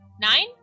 nine